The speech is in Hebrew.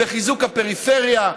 בחיזוק הפריפריה,